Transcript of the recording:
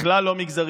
בכלל לא מגזרי.